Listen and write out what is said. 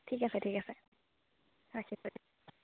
ঠিক আছে ঠিক আছে ৰাখিছোঁ